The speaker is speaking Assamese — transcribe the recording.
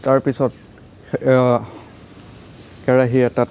তাৰ পিছত কেৰাহী এটাত